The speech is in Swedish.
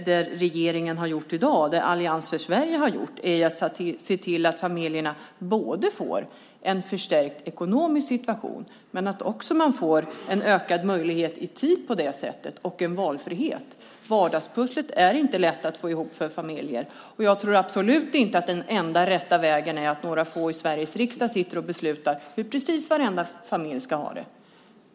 Det Allians för Sverige har gjort är att se till att familjerna både får en förstärkt ekonomisk situation, en ökad möjlighet i tid och en valfrihet. Vardagspusslet är inte lätt att få ihop för familjer, och jag tror absolut inte att den enda rätta vägen är att några få i Sveriges riksdag sitter och beslutar hur precis varenda familj ska ha det.